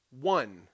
one